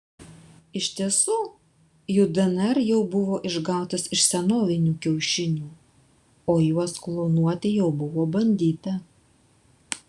iš tiesų jų dnr jau buvo išgautas iš senovinių kiaušinių o juos klonuoti jau buvo bandyta